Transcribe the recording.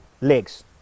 legs